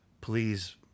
Please